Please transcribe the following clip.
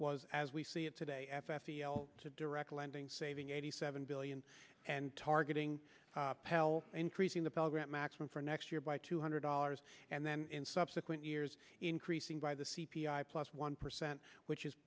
was as we see it today f f to direct lending saving eighty seven billion and targeting pell increasing the pell grant maximum for next year by two hundred dollars and then in subsequent years increasing by the c p i plus one percent which is